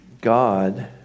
God